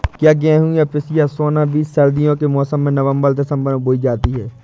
क्या गेहूँ या पिसिया सोना बीज सर्दियों के मौसम में नवम्बर दिसम्बर में बोई जाती है?